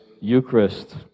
Eucharist